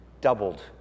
Doubled